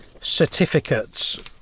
certificates